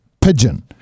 Pigeon